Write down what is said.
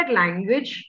language